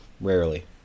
Rarely